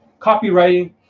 Copywriting